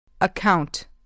Account